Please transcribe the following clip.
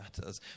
matters